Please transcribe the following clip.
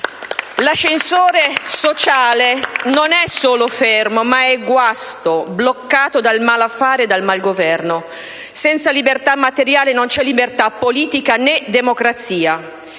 L'ascensore sociale non è solo fermo, ma è guasto, bloccato dal malaffare e dal malgoverno. Senza libertà materiale non c'è libertà politica né democrazia.